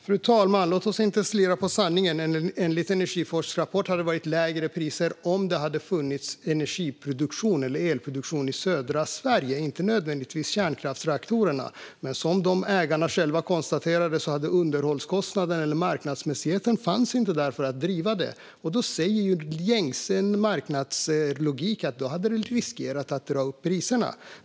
Fru talman! Låt oss inte slira på sanningen. Enligt Energiforsks rapport hade priserna varit lägre om det hade funnits energi eller elproduktion i södra Sverige, men inte nödvändigtvis från kärnkraftsreaktorer. Som ägarna själva konstaterade hade underhållskostnaderna blivit för höga. Marknadsmässigheten fanns inte där för att driva dem. Då säger gängse marknadslogik att det hade riskerat att dra upp priserna.